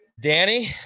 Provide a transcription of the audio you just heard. Danny